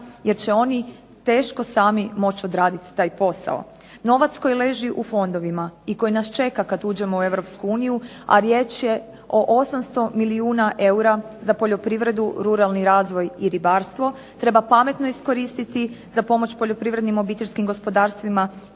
jer će oni sami teško moći odraditi taj posao. Novac koji leži u fondovima i koji nas čeka kad uđemo u Europsku uniju, a riječ je o 800 milijuna eura za poljoprivredu, ruralni razvoj i ribarstvo treba pametni iskoristiti za pomoć poljoprivrednim obiteljskim gospodarstvima